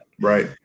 right